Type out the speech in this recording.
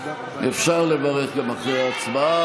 אפשר לברך גם אחרי ההצבעה,